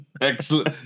Excellent